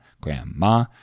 grandma